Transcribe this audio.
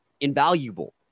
invaluable